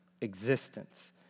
existence